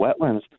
wetlands